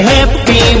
Happy